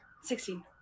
Sixteen